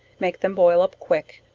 make them boil up quick,